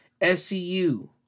SCU